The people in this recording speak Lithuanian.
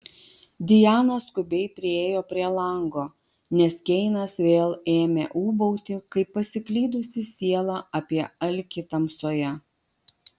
diana skubiai priėjo prie lango nes keinas vėl ėmė ūbauti kaip pasiklydusi siela apie alkį tamsoje